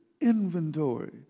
inventory